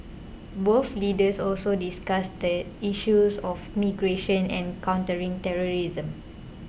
both leaders also discussed the issues of migration and countering terrorism